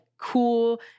Cool